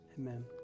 Amen